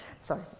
Sorry